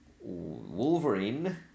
Wolverine